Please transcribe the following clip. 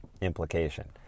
implication